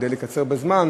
כדי לקצר בזמן,